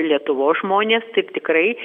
lietuvos žmonės taip tikrai